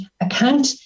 Account